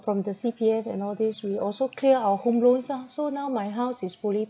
from the C_P_F and all these we also clear our home loans ah so now my house is fully